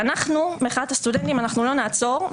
ואנחנו, מחאת הסטודנטים, לא נעצור.